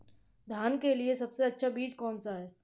धान के लिए सबसे अच्छा बीज कौन सा है?